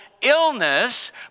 illness